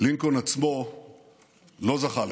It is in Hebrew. לינקולן עצמו לא זכה לכך,